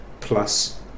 plus